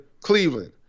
Cleveland